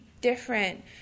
different